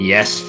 Yes